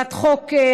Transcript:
הצעת חוק זו,